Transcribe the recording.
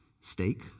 steak